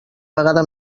vegada